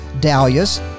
dahlias